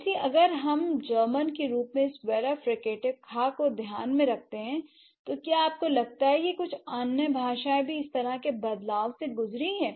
इसलिए अगर हम जर्मन के रूप में इस वेलर फ्रिकेटिव ख को ध्यान में रखते हैं तो क्या आपको लगता है कि कुछ अन्य भाषाएं भी इसी तरह के बदलावों से गुजरी हैं